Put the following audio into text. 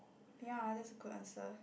ya that's a good answer